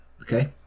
okay